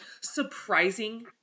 surprising